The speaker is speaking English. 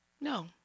No